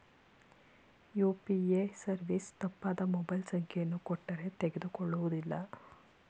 UPA service ತಪ್ಪಾದ mobile ಸಂಖ್ಯೆಯನ್ನು ಕೊಟ್ಟರೇ ತಕೊಳ್ಳುವುದಿಲ್ಲ